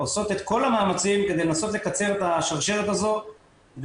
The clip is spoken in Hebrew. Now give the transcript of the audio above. עושות את כל המאמצים כדי לנסות לקצר את השרשרת הזאת כדי